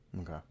okay